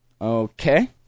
Okay